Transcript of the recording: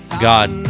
God